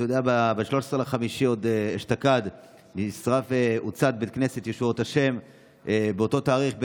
ב-13 במאי אשתקד הוצת בית כנסת ישועות ה'; באותו תאריך,